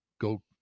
go